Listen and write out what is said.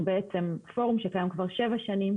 אנחנו פורום שקיים כבר שבע שנים,